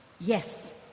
yes